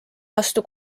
vastu